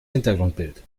hintergrundbild